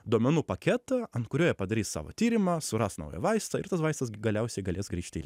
duomenų paketą ant kurio jie padarys savo tyrimą suras naują vaistą ir tas vaistas galiausiai galės grįžti